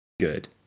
good